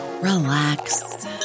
relax